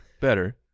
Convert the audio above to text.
better